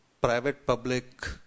private-public